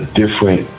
different